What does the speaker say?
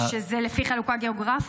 וזה לפי חלוקה גיאוגרפית?